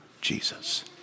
Jesus